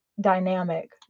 dynamic